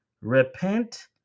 repent